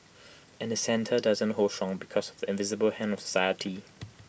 and the centre doesn't hold strong because of the invisible hand of society